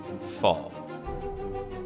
fall